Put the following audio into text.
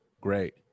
great